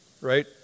right